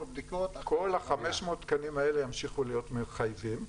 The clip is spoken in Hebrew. בדיקות יישארו --- כל ה-500 תקנים האלה ימשיכו להיות מחייבים,